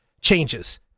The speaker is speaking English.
changes